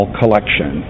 collection